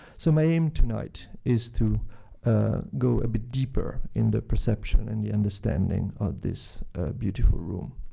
so my aim tonight is to go a bit deeper in the perception and the understanding of this beautiful room.